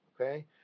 Okay